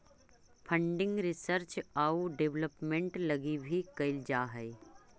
funding research आउ development लगी भी कैल जा हई